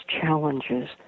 challenges